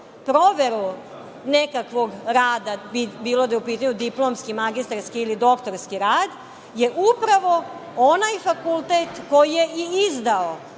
proveru nekakvog rada, bilo da je u pitanju diplomski, magistarski ili doktorski rad, je upravo onaj fakultet koji je i izdao